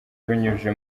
abinyujije